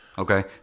Okay